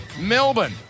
Melbourne